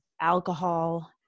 alcohol